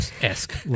esque